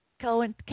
Cohen